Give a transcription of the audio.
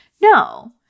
no